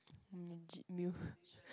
maji~ mu~